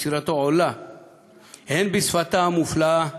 יצירתו עולה,